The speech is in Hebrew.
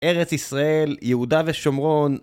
ארץ ישראל, יהודה ושומרון